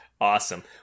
Awesome